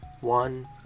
one